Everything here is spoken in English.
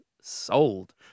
sold